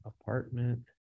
apartment